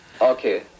Okay